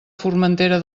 formentera